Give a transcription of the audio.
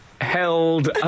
held